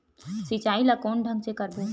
सिंचाई ल कोन ढंग से करबो?